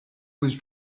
was